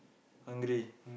hungry